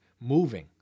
Moving